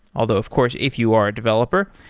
although of course if you are a developer,